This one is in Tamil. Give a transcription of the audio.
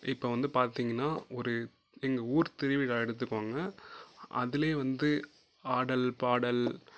இப்போ வந்து பார்த்திங்கனா ஒரு எங்கள் ஊர் திருவிழா எடுத்துக்கோங்க அதில் வந்து ஆடல் பாடல்